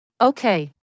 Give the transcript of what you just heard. Okay